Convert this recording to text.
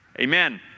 amen